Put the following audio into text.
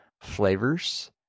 flavors